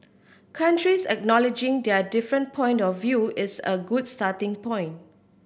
countries acknowledging their different point of view is a good starting point